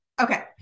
Okay